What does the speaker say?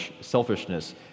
selfishness